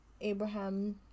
Abraham